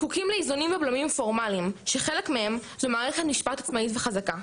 זקוקים לאיזונים ובלמים פורמליים שחלק מהם זו מערכת משפט עצמאית וחזקה,